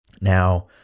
Now